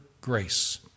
grace